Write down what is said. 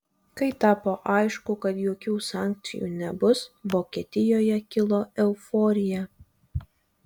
kai tapo aišku kad jokių sankcijų nebus vokietijoje kilo euforija